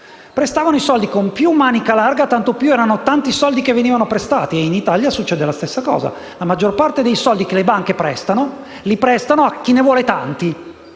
prestavano con tanta più manica larga, quanti più erano i soldi che venivano richiesti. In Italia succede la stessa cosa: la maggior parte dei soldi che le banche prestano, li prestano a chi ne vuole tanti.